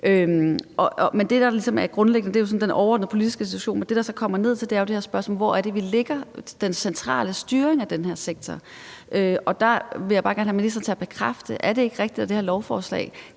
Det, der ligesom er grundlæggende, er jo sådan det overordnede politiske, men det, som det så kan koges ned til, er spørgsmålet: Hvor lægger vi den centrale styring af den her sektor? Der vil jeg bare gerne have ministeren til at bekræfte noget. Er det ikke rigtigt, at det her lovforslag